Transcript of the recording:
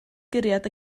guriad